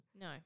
No